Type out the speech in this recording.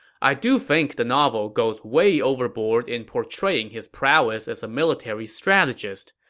i do think the novel goes way overboard in portraying his prowess as a military strategist.